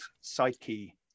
psyche